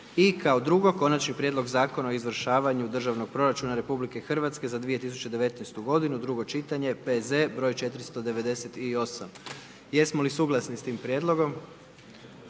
i kao drugo - Konačni prijedlog Zakona o izvršavanju državnog proračuna Republike Hrvatske za 2019. godinu, II. čitanje, PZ broj 498. Jesmo li suglasni s tim prijedlogom?